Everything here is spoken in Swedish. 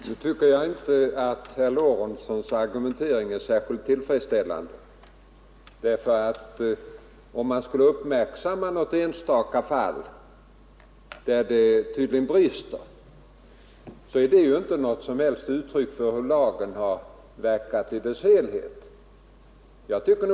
Herr talman! Jag tycker inte att herr Lorentzons argumentering är särskilt tillfredsställande. Om man skulle konstatera något enstaka fall, där det tydligen brister, så är det ju inte på något sätt uttryck för hur lagen har verkat i det stora hela.